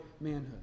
manhood